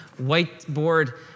whiteboard